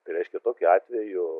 tai reiškia tokiu atveju